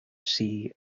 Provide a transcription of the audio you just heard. sea